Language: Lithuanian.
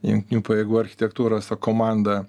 jungtinių pajėgų architektūros ta komanda